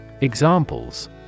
Examples